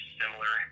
similar